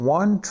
one